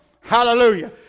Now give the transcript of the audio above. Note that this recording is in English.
Hallelujah